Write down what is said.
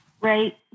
Right